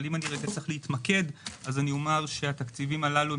אבל אם אצטרך להתמקד אומר שהתקציבים הללו הם